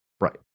Right